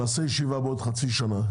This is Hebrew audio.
נעשה ישיבה בעוד חצי שנה.